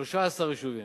13 יישובים: